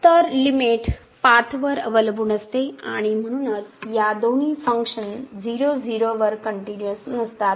तर लिमिट पाथवर अवलंबून असते आणि म्हणूनच या दोन्ही फंक्शन 0 0 वर कनटिन्यूअस नसतात